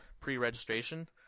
pre-registration